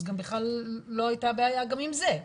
אז לא הייתה בעיה גם עם זה.